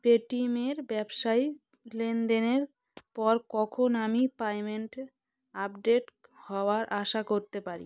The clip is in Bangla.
পেটিএমের ব্যবসায়ী লেনদেনের পর কখন আমি পেমেন্ট আপডেট হওয়ার আশা করতে পারি